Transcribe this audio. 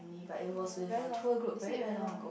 but it was with a tour group very very long ago